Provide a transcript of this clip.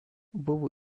buvo